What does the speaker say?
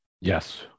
Yes